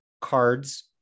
cards